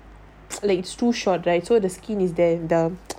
like it's too short right so the skin is there the